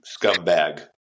Scumbag